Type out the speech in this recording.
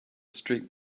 street